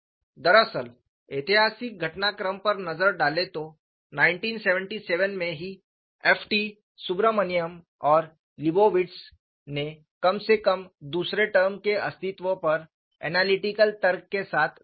दरअसल ऐतिहासिक घटनाक्रम पर नजर डालें तो 1977 में ही FT सुब्रमण्यम और लीबोविट्ज़FT Subramanian and Leibovitz ने कम से कम दूसरे टर्म के अस्तित्व पर ऐनलिटिकल तर्क के साथ विचार किया